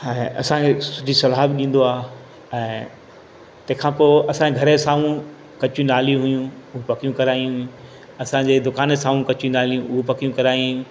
असांखे सुठी सलाह बि ॾींदो आहे ऐं तंहिंखां पोइ असांजे घर जे साम्हूं कची नालियूं हुयूं हुओ पकियूं करायूं असांजे दुकान जे साम्हूं कची नालियूं उहे पकियूं कराई